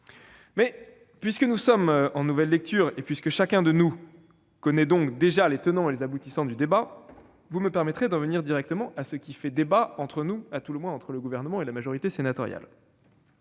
Puisque nous sommes en nouvelle lecture, en sorte que chacun connaît déjà les tenants et aboutissants de la discussion, permettez-moi d'en venir directement à ce qui fait débat entre nous- à tout le moins, entre le Gouvernement et la majorité sénatoriale.